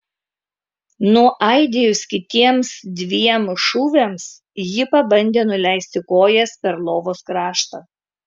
nuaidėjus kitiems dviem šūviams ji pabandė nuleisti kojas per lovos kraštą